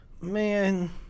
man